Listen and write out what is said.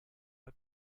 bei